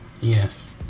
Yes